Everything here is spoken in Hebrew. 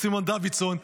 סימון דוידסון,